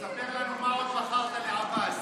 שיספר לנו: מה עוד מכרת לעבאס,